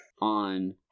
on